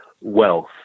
wealth